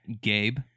Gabe